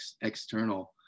external